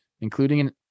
including